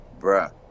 Bruh